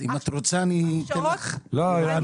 אם את רוצה אני אתן לך --- את לא מכירה.